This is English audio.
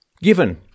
Given